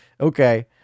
okay